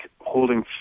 holding